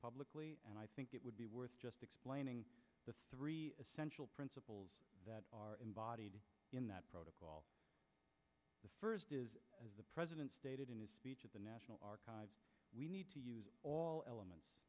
publicly and i think it would be worth just explaining the three essential principles that are in body in that protocol the first is as the president stated in his speech at the national archives we need to use all elements